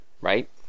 right